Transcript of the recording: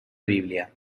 biblia